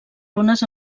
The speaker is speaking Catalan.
runes